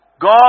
God